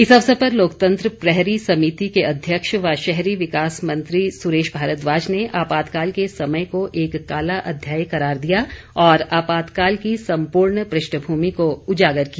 इस अवसर पर लोकतंत्र प्रहरी समिति के अध्यक्ष व शहरी विकास मंत्री सुरेश भारद्वाज ने आपातकाल के समय को एक काला अध्याय करार दिया और आपातकाल की सम्पूर्ण पृष्ठभूमि को उजागर किया